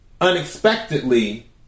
unexpectedly